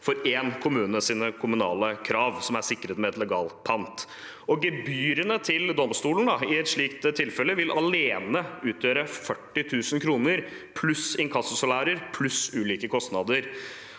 for én kommunes kommunale krav, sikret med et legalpant. Gebyrene til domstolen i et slikt tilfelle vil alene utgjøre 40 000 kr pluss inkassosalærer pluss ulike kostnader.